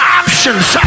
options